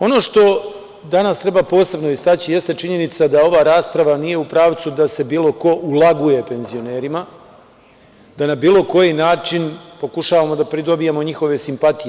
Ono što danas treba posebno istaći, jeste činjenica da ova rasprava nije u pravcu da se bilo ko ulaguje penzionerima, da na bilo koji način pokušavamo da pridobijemo njihove simpatije.